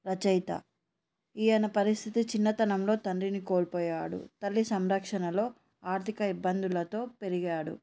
రచయిత ఈయన పరిస్థితి చిన్నతనంలో తండ్రిని కోల్పోయాడు తల్లి సంరక్షణలో ఆర్థిక ఇబ్బందులతో పెరిగాడు